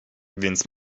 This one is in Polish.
więc